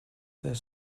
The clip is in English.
there